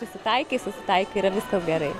prisitaikai susitaikai yra visai gerai